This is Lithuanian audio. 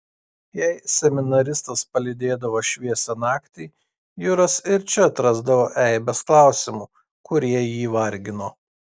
jei seminaristas palydėdavo šviesią naktį juras ir čia atrasdavo eibes klausimų kurie jį vargino